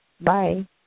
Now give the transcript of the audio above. Bye